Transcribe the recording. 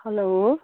hello